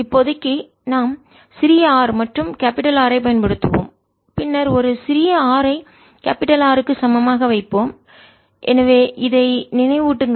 இப்போதைக்கு நாம் சிறிய r மற்றும் கேபிடல் R ஐப் பயன்படுத்துவோம் பின்னர் ஒரு சிறிய r ஐ கேபிடல் R க்கு சமமாக வைப்போம் எனவே இதை நினைவூட்டுங்கள்